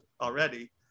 already